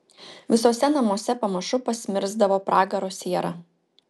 visuose namuose pamažu pasmirsdavo pragaro siera